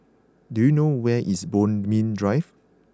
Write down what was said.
do you know where is Bodmin Drive